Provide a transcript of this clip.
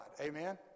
Amen